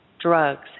drugs